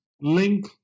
link